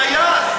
טייס.